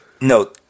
No